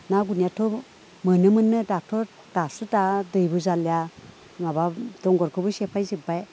ना बोननायाथ' मोनोमोननो दाथ' दासो दा दैबो जालिया माबा दंगरखोबो सेफायजोब्बाय